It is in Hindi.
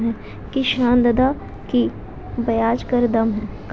किस ऋणदाता की ब्याज दर कम है?